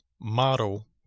model